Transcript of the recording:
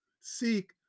Seek